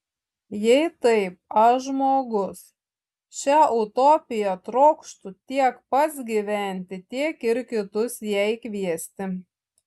jei taip aš žmogus šia utopija trokštu tiek pats gyventi tiek ir kitus jai kviesti